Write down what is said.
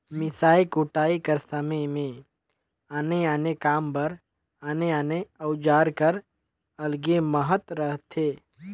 मिसई कुटई कर समे मे आने आने काम बर आने आने अउजार कर अलगे महत रहथे